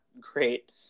great